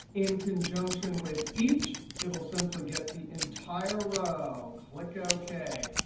in conjunction with each, it will simply get the entire row, click ok.